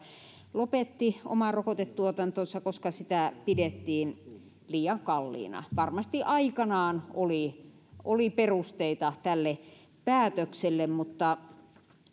lopetti oman rokotetuotantonsa koska sitä pidettiin liian kalliina varmasti aikanaan oli oli perusteita tälle päätökselle mutta